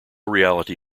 reality